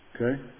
Okay